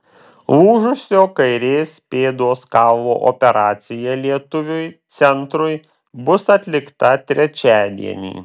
lūžusio kairės pėdos kaulo operacija lietuviui centrui bus atlikta trečiadienį